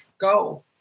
Go